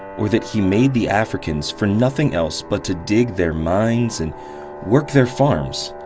or that he made the africans for nothing else but to dig their mines and work their farms,